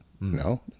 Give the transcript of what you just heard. No